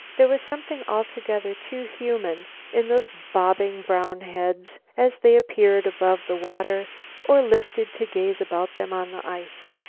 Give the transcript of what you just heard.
there was something altogether too human in those bobbing brown heads as they appeared above the water or lifted to gaze about them on the ice.